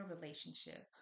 relationship